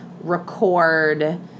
record